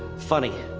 funny.